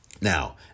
now